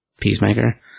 Peacemaker